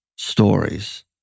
Stories